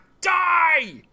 Die